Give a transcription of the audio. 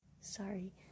sorry